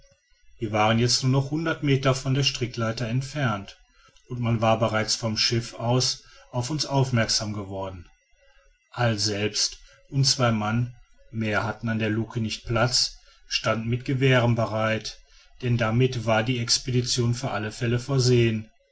wir waren jetzt nur noch hundert meter von der strickleiter entfernt und man war bereits vom schiff aus auf uns aufmerksam geworden all selbst und zwei mann mehr hatten an der luke nicht platz standen mit gewehren bereit denn damit war die expedition für alle fälle versehen